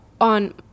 on